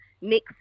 next